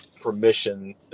permission